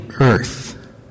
earth